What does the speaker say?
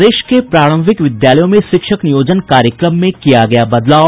प्रदेश के प्रारंभिक विद्यालयों में शिक्षक नियोजन कार्यक्रम में किया गया बदलाव